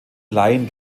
laien